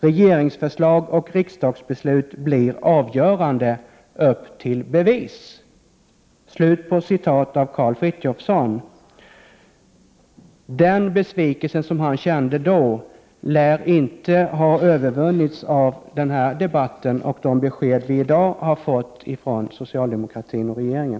Regeringsförslag och riksdagsbeslut blir avgörande. Upp till bevis!” Den besvikelse som Karl Frithiofson känt då lär inte har övervunnits av denna debatt och de besked som vi i dag har fått från socialdemokratin och regeringen.